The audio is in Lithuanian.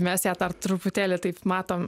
mes ją dar truputėlį taip matom